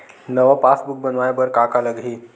नवा पासबुक बनवाय बर का का लगही?